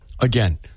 Again